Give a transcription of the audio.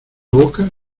boca